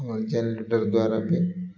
ଦ୍ୱାରା ବି